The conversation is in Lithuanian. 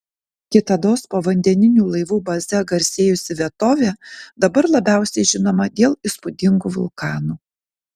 kitados povandeninių laivų baze garsėjusi vietovė dabar labiausiai žinoma dėl įspūdingų vulkanų